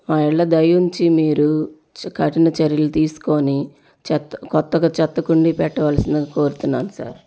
మా యెడల దయ ఉంచి మీరు కఠిన చర్యలు తీసుకొని కొత్తగా చెత్తకుండీ పెట్టవలసిందిగా కోరుతున్నాను సార్